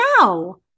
no